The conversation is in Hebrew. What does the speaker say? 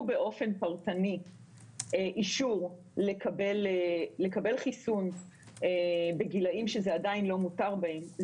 באופן פרטני אישור לקבל חיסון בגילים שעדיין לא היה מותר בהם,